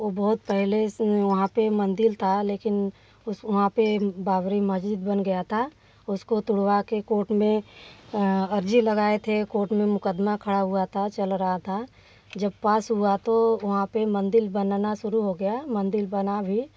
वो बहुत पहले से वहाँ पे मंदिर था लेकिन उस वहाँ पे बाबरी मस्जिद बन गया था उसको तुड़वा के कोर्ट में अर्ज़ी लगाए थे कोर्ट में मुकदमा खड़ा हुआ था चल रहा था जब पास हुआ था वहाँ पे मंदिर बनना शुरू हो गया मंदिर बना भी